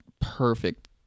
perfect